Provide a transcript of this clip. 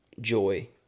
joy